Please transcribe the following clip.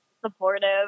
supportive